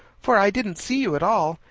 for i didn't see you at all,